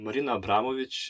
marina abramovič